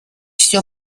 все